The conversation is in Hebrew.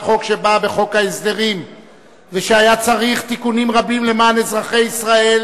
חוק שבאה בחוק ההסדרים ושהיה צריך תיקונים רבים למען אזרחי ישראל,